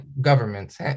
governments